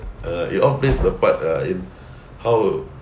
uh you all plays the part ah in how